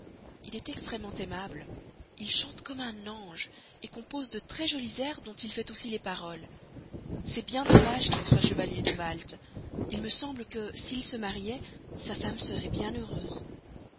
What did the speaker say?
il est extrêmement aimable il chante comme un ange compose de très jolis airs dont il fait aussi les paroles c'est bien dommage qu'il soit chevalier de malte il me semble que s'il se mariait sa femme serait bien heureuse